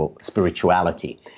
spirituality